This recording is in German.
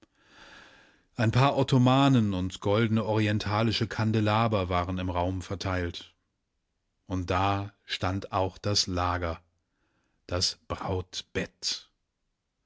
ein paar ottomanen und goldene orientalische kandelaber waren im raum verteilt und da stand auch das lager das